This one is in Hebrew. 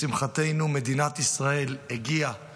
לשמחתנו מדינת ישראל הגיעה